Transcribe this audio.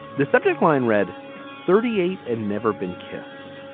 the subject line read thirty eight and never been kissed.